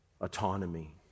autonomy